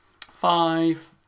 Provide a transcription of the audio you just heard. five